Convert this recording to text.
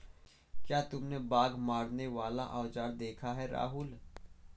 क्या तुमने बाघ मारने वाला औजार देखा है राहुल?